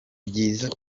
byiza